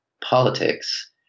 politics